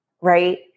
right